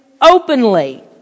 openly